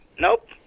Nope